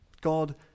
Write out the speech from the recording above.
God